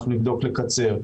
אנחנו נבדוק לקצר,